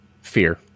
Fear